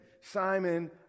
Simon